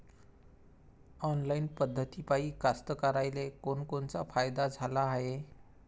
Online पद्धतीपायी कास्तकाराइले कोनकोनचा फायदा झाला हाये?